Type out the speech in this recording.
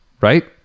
right